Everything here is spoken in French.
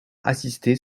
assistés